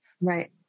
right